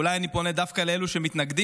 ואולי אני פונה דווקא לאלה שמתנגדים: